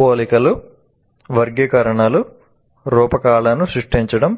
పోలికలు వర్గీకరణలు రూపకాలను సృష్టించడం